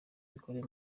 bikorewe